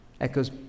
Echoes